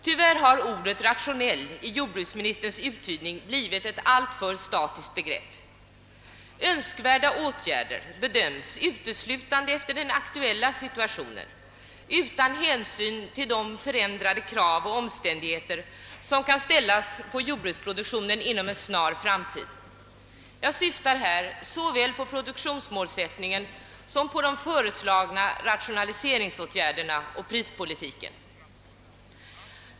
Tyvärr har ordet rationell i jordbruksministerns uttydning blivit ett alltför statiskt begrepp. Önskvärda åtgärder bedömes uteslutande efter den aktuella situationen utan hänsyn till de förändrade krav som kan ställas på jordbruksproduktionen inom en snar framtid. Jag syftar här såväl på produktionsmålsättningen som på de föreslagna rationaliseringsåtgärderna och prispolitiken.